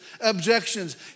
objections